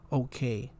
okay